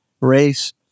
race